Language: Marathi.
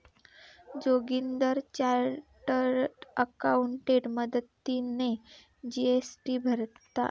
जोगिंदर चार्टर्ड अकाउंटेंट मदतीने जी.एस.टी भरता